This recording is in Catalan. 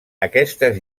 aquestes